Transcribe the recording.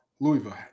Louisville